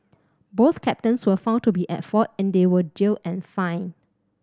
both captains were found to be at fault and they were jailed and fined